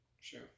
Sure